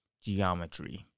geometry